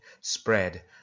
spread